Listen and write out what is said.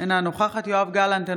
אינה נוכחת יואב גלנט,